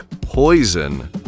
Poison